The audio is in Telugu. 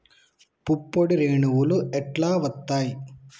పుప్పొడి రేణువులు ఎట్లా వత్తయ్?